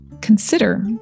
consider